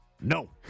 no